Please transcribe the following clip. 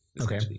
Okay